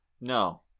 No